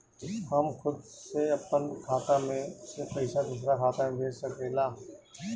हम खुद से अपना खाता से पइसा दूसरा खाता में कइसे भेज सकी ले?